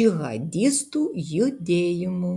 džihadistų judėjimų